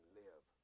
live